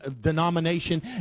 denomination